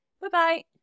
Bye-bye